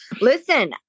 listen